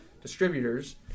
distributors